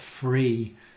free